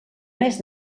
mes